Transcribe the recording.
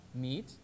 meat